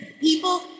people